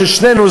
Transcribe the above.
של שנינו,